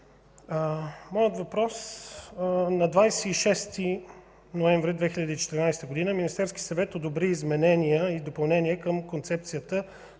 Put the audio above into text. Министър! На 26 ноември 2014 г. Министерският съвет одобри изменения и допълнения в Концепцията